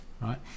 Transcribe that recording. right